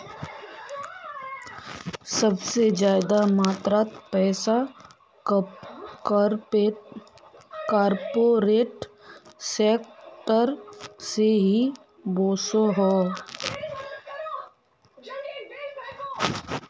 सबसे ज्यादा मात्रात पैसा कॉर्पोरेट सेक्टर से ही वोसोह